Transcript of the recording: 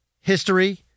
history